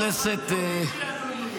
שני חברי כנסת שקיבלו שוחד פוליטי,